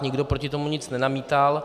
Nikdo proti tomu nic nenamítal.